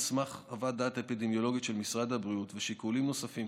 על סמך חוות דעת אפידמיולוגית של משרד הבריאות ושיקולים נוספים,